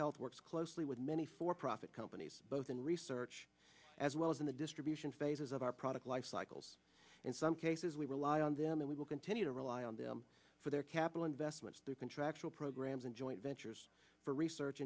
health works closely with many for profit companies both in research as well as in the distribution phases of our product life cycles in some cases we rely on them and we will continue to rely on them for their capital investments through contractual programs in joint ventures for research